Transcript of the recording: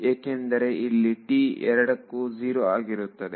ಏಕೆಂದರೆ ಇಲ್ಲಿT ಎರಡಕ್ಕೂ ಜೀರೋ ಆಗಿರುತ್ತದೆ